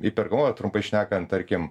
įperkamumo trumpai šnekant tarkim